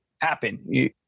happen